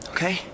Okay